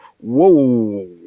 whoa